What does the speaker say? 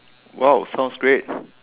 !wow! sounds great